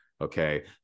Okay